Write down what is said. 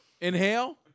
Inhale